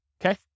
okay